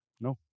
No